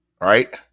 right